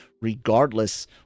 regardless